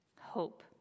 Hope